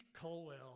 Colwell